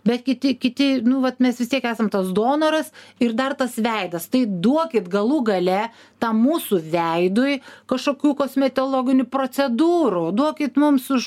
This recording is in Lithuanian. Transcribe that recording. bet kiti kiti nu vat mes vis tiek esam tas donoras ir dar tas veidas tai duokit galų gale tam mūsų veidui kažkokių kosmetologinių procedūrų duokit mums už